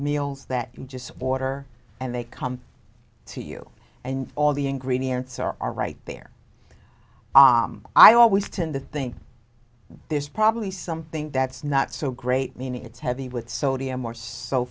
meals that you just order and they come to you and all the ingredients are right there ah i always tend to think there's probably something that's not so great meaning it's heavy with sodium or so